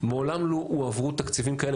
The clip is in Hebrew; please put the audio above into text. מעולם לא הועברו תקציבים כאלה,